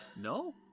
no